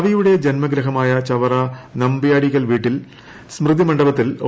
കവിയുടെ ജന്മഗൃഹമായ ചവറ നമ്പ്യാടിക്കൽ വീട്ടിലെ സ്മൃതിമണ്ഡപത്തിൽ ഒ